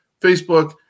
Facebook